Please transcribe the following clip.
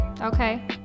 okay